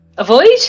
Avoid